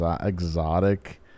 exotic